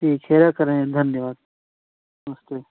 ठीक है रख रहें धन्यवाद नमस्ते